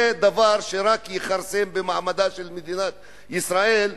זה דבר שיכרסם במעמדה של מדינת ישראל.